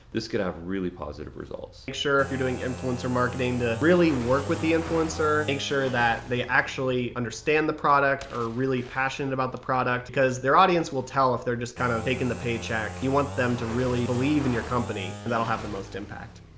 this could have really positive results. make sure if you're doing influencer marketing to really work with the influencer. make sure that they actually understand the product, or are really passionate about the product. because their audience will tell if they're just kind of taking the paycheck. you want them to really believe in your company, and that'll have the most impact.